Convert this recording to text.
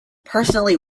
personally